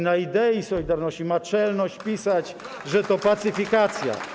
na idei solidarności, ma czelność pisać, że to pacyfikacja.